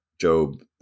Job